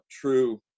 true